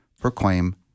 Proclaim